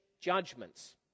judgments